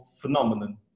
phenomenon